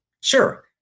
Sure